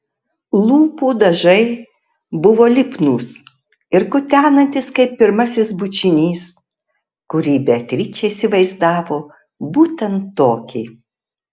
lūpų dažai buvo lipnūs ir kutenantys kaip pirmasis bučinys kurį beatričė įsivaizdavo būtent tokį